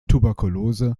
tuberkulose